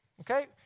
Okay